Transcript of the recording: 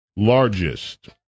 largest